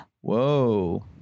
whoa